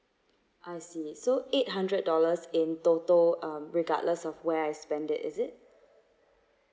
I see so eight hundred dollars in total um regardless of where I spend it is it